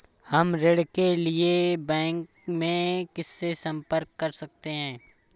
हम ऋण के लिए बैंक में किससे संपर्क कर सकते हैं?